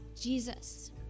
Jesus